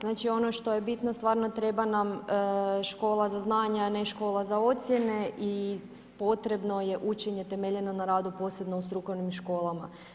Znači, ono što je bitno, stvarno treba nam škole za znanje, a ne škola za ocjene i potrebno je učenje temeljno na radu, posebno u strukovnim školama.